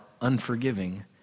unforgiving